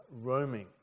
roaming